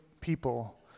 people